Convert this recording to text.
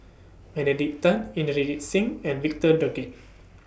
Benedict Tan Inderjit Singh and Victor Doggett